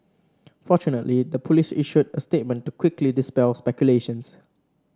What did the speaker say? fortunately the police issued a statement to quickly dispel speculations